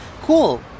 Cool